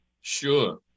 Sure